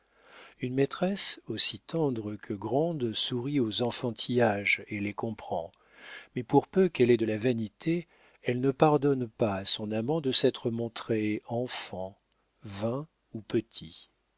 une maîtresse aussi tendre que grande sourit aux enfantillages et les comprend mais pour peu qu'elle ait de la vanité elle ne pardonne pas à son amant de s'être montré enfant vain ou